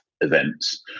events